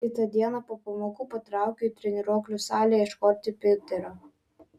kitą dieną po pamokų patraukiau į treniruoklių salę ieškoti piterio